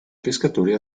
pescatori